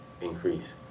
increase